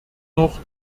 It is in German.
noch